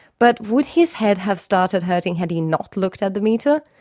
but would his head have started hurting had he not looked at the meter?